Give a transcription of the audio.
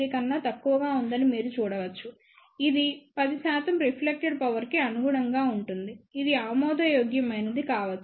3 కన్నా తక్కువగా ఉందని మీరు చూడవచ్చు ఇది 10 శాతం రిఫ్లెక్టెడ్ పవర్ కి అనుగుణంగా ఉంటుంది ఇది ఆమోదయోగ్యమైనది కావచ్చు